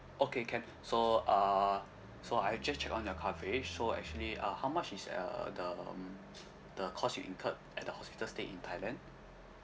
okay can so uh so I have just checked on your coverage so actually uh how much is uh the um the cost you incurred at the hospital stay in thailand